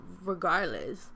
regardless